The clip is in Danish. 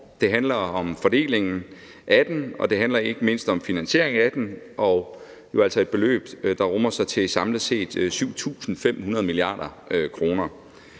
det handler om fordelingen af dem, og det handler ikke mindst om finansieringen af dem, og det er jo altså et beløb, der summer sig op til samlet set